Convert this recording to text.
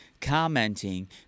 commenting